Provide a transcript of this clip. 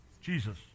Jesus